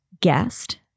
guest